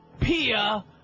Pia